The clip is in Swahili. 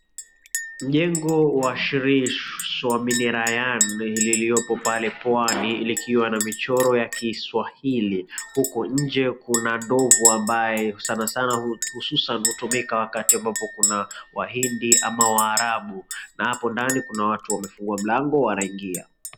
Jengo wa Shiri Swaminirayan liliopo pale pwani likiwa na michoro ya kiswahili, huku nje kuna ndovu ambaye sana sana hususan hutumika wakati ambapo kuna wahindi ama waarabu. Na hapo ndani kuna watu wamefungua mlango wanaingia.